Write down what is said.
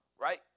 right